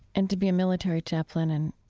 and to be a military chaplain. and,